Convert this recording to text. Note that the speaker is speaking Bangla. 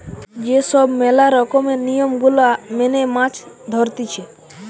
যে সব ম্যালা রকমের নিয়ম গুলা মেনে মাছ ধরতিছে